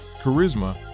charisma